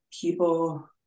people